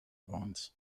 woont